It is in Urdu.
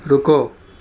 رُکو